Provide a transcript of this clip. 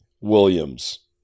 Williams